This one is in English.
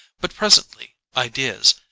but presently ideas,